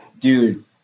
Dude